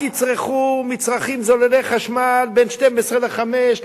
אל תצרכו במכשירים זוללי חשמל בין 12:00 ל-17:00.